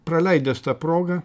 praleidęs tą progą